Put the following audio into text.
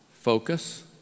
focus